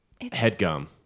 HeadGum